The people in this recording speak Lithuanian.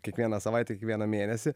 kiekvieną savaitę kiekvieną mėnesį